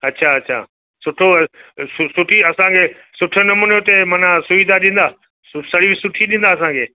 अछा अछा सुठो स सुठी असांखे सुठे नमूने उते माना सुविधा ॾींदा सर्विस सुठी ॾींदा असांखे